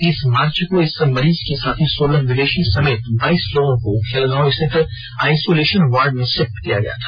तीस मार्च को इस मरीज के साथ ही सोलह विदेषी समेत बाईस लोगों को खेलगांव स्थित आइसोलेषन वार्ड में षिफट किया गया था